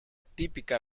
típica